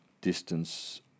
distance